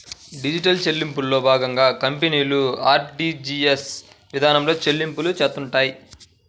digital చెల్లింపుల్లో భాగంగా కంపెనీలు ఆర్టీజీయస్ ఇదానంలో చెల్లింపులు చేత్తుంటాయి